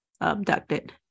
abducted